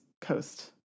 coast